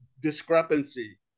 discrepancy